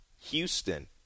Houston